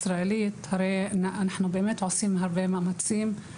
אנחנו עושים הרבה מאמצים לגבי התוכנית הישראלית.